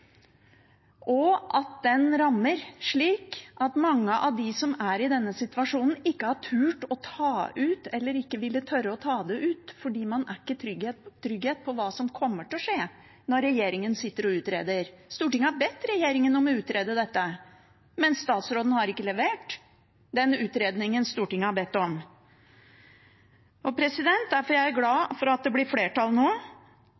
og at den rammer slik at mange av dem som er i denne situasjonen, ikke har turt å ta det ut eller ikke tør å ta det ut fordi man ikke har trygghet for hva som kommer til å skje når regjeringen sitter og utreder. Stortinget har bedt regjeringen om å utrede dette, men statsråden har ikke levert den utredningen Stortinget har bedt om. Derfor er jeg glad for at det nå